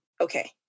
Okay